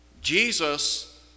Jesus